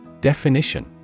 Definition